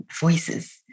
voices